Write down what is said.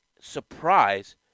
surprise